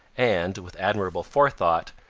and, with admirable forethought,